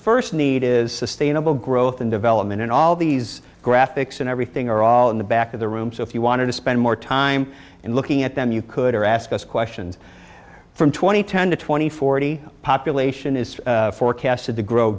sustainable growth and development and all these graphics and everything are all in the back of the room so if you wanted to spend more time in looking at them you could ask us questions from twenty ten to twenty forty population is forecasted to grow